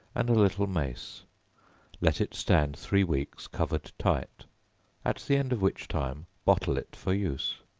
and a little mace let it stand three weeks covered tight at the end of which time, bottle it for use.